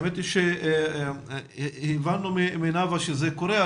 האמת היא שהבנו מנאוה שזה קורה.